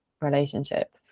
relationship